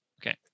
Okay